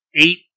eight